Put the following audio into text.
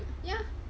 ya